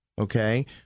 Okay